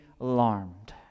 alarmed